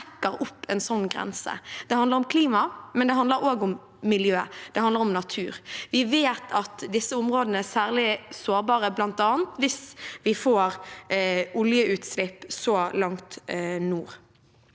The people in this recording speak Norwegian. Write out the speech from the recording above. trekker opp en slik grense. Det handler om klima, men det handler også om miljø – det handler om natur. Vi vet at disse områdene er særlig sårbare, bl.a. hvis vi får oljeutslipp så langt nord.